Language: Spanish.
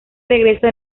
regreso